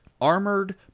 armored